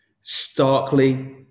Starkly